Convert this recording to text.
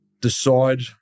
decide